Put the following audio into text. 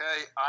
Okay